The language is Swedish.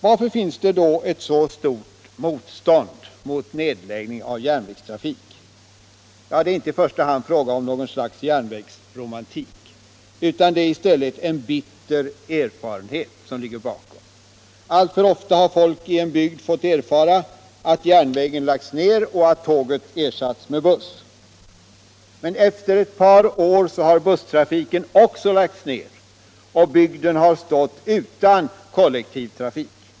Varför finns det då ett så stort motstånd mot nedläggning av järnvägstrafik? Det är inte i första hand fråga om något slags järnvägsromantik, utan det är i stället en bitter erfarenhet som ligger bakom. Alltför ofta har folket i en bygd fått erfara att järnvägen lagts ned och att tåget ersatts med buss, men efter ett par år har busstrafiken också lagts ned, och bygden har stått utan kollektivtrafik.